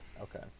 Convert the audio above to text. okay